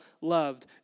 loved